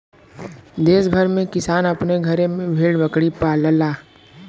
देस भर में किसान अपने घरे में भेड़ बकरी पालला